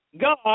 God